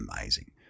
amazing